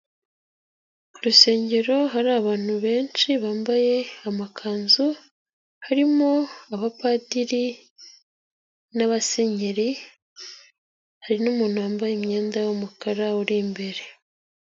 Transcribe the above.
Urusengero hari abantu benshi bambaye amakanzu harimo abapadiri n'abasenyeri, hari n'umuntu wambaye imyenda y'umukara uri imbere.